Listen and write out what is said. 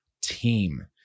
team